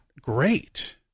great